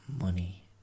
money